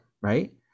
right